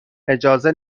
اجازه